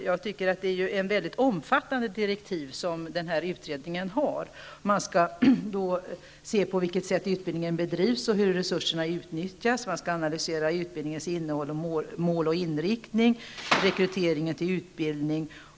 Jag tycker att utredningen har mycket omfattande direktiv. Man skall se på hur utbildningen bedrivs, hur resurserna utnyttjas, utbildningens mål och inriktning skall analyseras och man skall titta på rekryteringen till utbildningen.